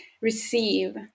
receive